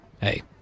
hey